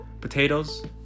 Potatoes